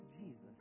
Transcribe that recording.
Jesus